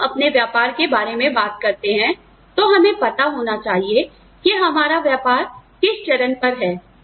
जब हम अपने व्यापार के बारे में बात करते हैं तो हमें पता होना चाहिए कि हमारा व्यापार किस चरण पर है